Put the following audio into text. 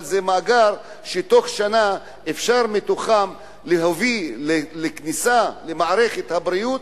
זה מאגר שבתוך שנה אפשר להביא מתוכו כניסה למערכת הבריאות,